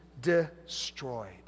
destroyed